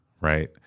right